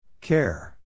Care